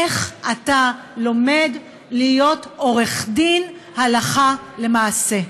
איך אתה לומד להיות עורך דין הלכה למעשה.